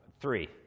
Three